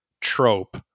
trope